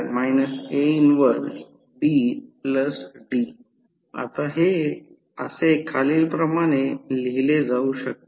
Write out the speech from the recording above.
तर कारण अशाच प्रकारची समस्या नंतर येईल एखादी व्यक्ती ती सहजतेने करू शकते